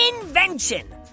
invention